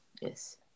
Yes